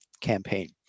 campaign